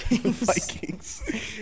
Vikings